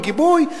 עם גיבוי,